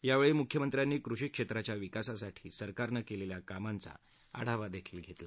यावेळी मुख्यमंत्र्यांनी कृषी क्षेत्राच्या विकासासाठी सरकरानं केलेल्या कामांचा आढावाही घेतला